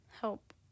help